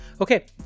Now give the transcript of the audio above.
Okay